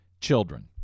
children